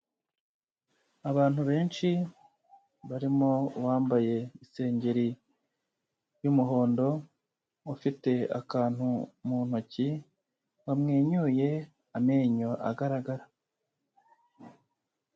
Abantu benshi barimo uwambaye isengeri y'umuhondo, ufite akantu mu ntoki, wamwenyuye, amenyo agaragara.